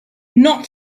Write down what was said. not